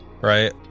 right